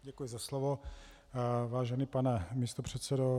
Děkuji za slovo, vážený pane místopředsedo.